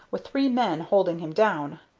with three men holding him down.